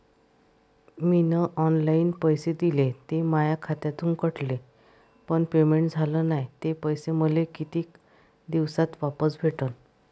मीन online पैसे दिले, ते माया खात्यातून कटले, पण पेमेंट झाल नायं, ते पैसे मले कितीक दिवसात वापस भेटन?